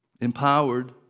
empowered